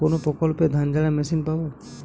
কোনপ্রকল্পে ধানঝাড়া মেশিন পাব?